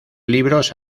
libros